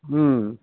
మ్మ్